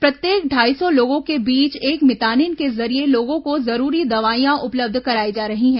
प्रत्येक ढाई सौ लोगों के बीच एक मितानीन के जरिए लोगों को जरूरी दवाइयां उपलब्ध कराई जा रही हैं